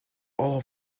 all